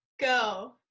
go